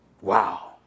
Wow